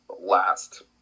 last